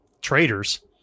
traitors